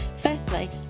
Firstly